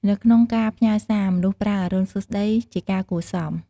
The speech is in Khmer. នៅក្នុងការផ្ញើសារ មនុស្សប្រើ "អរុណសួស្តី" ជាការគួរសម។